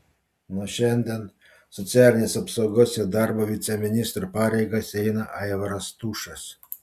nuo šiandien socialinės apsaugos ir darbo viceministro pareigas eina aivaras tušas